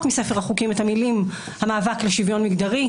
מספר החוקים את המילים "המאבק לשוויון מגדרי",